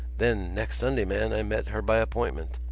then next sunday, man, i met her by appointment.